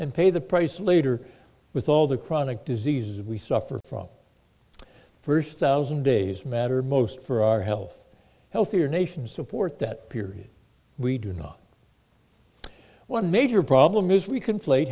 and pay the price later with all the chronic diseases we suffer from first thousand days matter most for our health healthier nations support that period we do not one major problem is we c